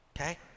okay